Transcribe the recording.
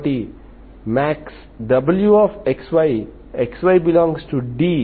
కాబట్టి maxwxy xy∈D ≤0